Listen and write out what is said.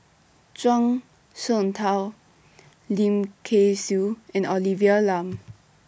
Zhuang Shengtao Lim Kay Siu and Olivia Lum